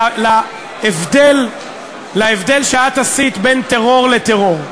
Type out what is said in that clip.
להבדל שאת עשית בין טרור לטרור.